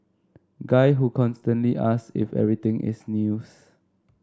guy who constantly asks if everything is news